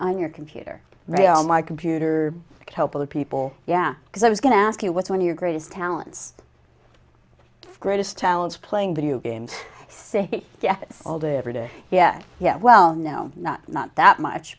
on your computer right on my computer could help other people yeah because i was going to ask you what's been your greatest talents greatest challenge playing video games all day every day yeah yeah well no not not that much